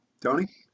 Tony